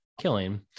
killing